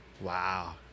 wow